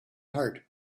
heart